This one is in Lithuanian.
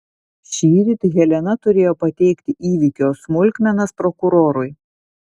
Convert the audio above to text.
šįryt helena turėjo pateikti įvykio smulkmenas prokurorui